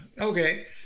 okay